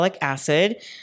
acid